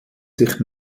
sich